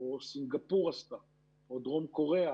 או סינגפור עשתה או דרום קוריאה.